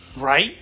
right